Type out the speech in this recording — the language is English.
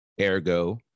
Ergo